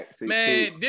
Man